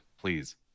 please